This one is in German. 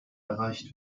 erreicht